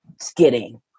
skidding